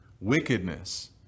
wickedness